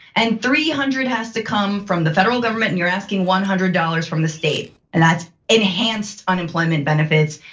and three hundred has to come from the federal government and you're asking one hundred dollars from the state, and that's enhanced unemployment benefits.